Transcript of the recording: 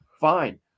fine